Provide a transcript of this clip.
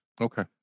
Okay